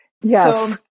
yes